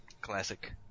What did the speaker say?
classic